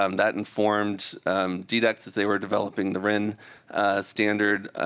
um that informed ddex as they were developing the rin standard.